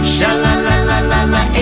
Sha-la-la-la-la-la